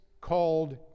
called